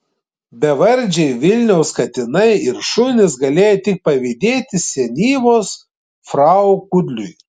bevardžiai vilniaus katinai ir šunys galėjo tik pavydėti senyvos frau kudliui